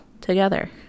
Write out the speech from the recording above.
together